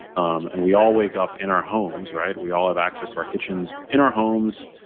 um and we all wake up in our homes, right? we all have access to our kitchens in our homes,